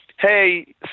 hey